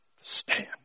stand